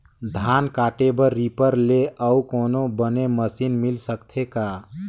धान काटे बर रीपर ले अउ कोनो बने मशीन मिल सकथे का?